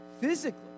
Physically